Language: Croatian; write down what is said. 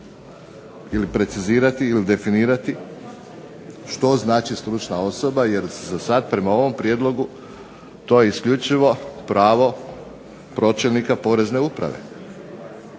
ili precizirati ili definirati što znači stručna osoba, jer zasad prema ovom prijedlogu to je isključivo pravo pročelnika porezne uprave.